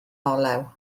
olew